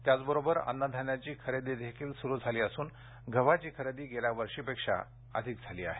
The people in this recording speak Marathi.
त्याचबरोबर अन्नधान्याची खरेदी देखील सुरु असून गव्हाची खरेदी गेल्या वर्षापेक्षा अधिक झाली आहे